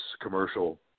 commercial